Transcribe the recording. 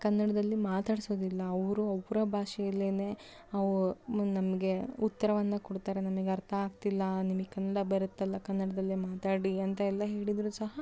ಕನ್ನಡದಲ್ಲಿ ಮಾತಾಡಿಸೋದಿಲ್ಲ ಅವರು ಅವರ ಭಾಷೆಯಲ್ಲೇನೆ ಅವು ನಮಗೆ ಉತ್ತರವನ್ನು ಕೊಡ್ತಾರೆ ನಮಗೆ ಅರ್ಥ ಆಗ್ತಿಲ್ಲ ನಿಮಗೆ ಕನ್ನಡ ಬರತ್ತಲ್ಲಾ ಕನ್ನಡದಲ್ಲೇ ಮಾತಾಡಿ ಅಂತ ಎಲ್ಲ ಹೇಳಿದ್ರು ಸಹ